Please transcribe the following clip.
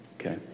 okay